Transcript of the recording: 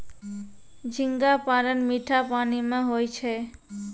झींगा पालन मीठा पानी मे होय छै